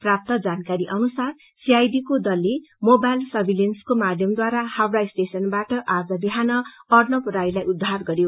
प्राप्त जानकारी अनुसार सीआईडी का दलले मोबाइल सर्विलान्सको माध्यमद्वारा हावड़ा स्टेशनवाट आज बिहान अर्णव रायलाई उद्धार गरयो